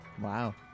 Wow